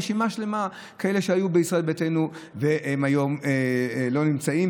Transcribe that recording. רשימה שלמה של כאלה שהיו בישראל ביתנו והם היום לא נמצאים.